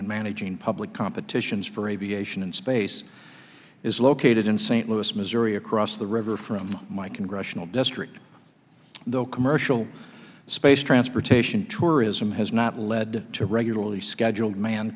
and managing public competitions for aviation and space is located in st louis missouri across the river from my congressional district the commercial space transportation tourism has not led to regularly scheduled man